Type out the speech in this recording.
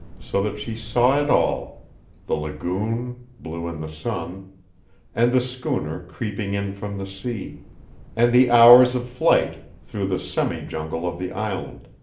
so that she saw it all the lagoon, blue in the sun and the schooner creeping in from the sea and the hours of flight through the semi-jungle of the island,